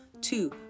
Two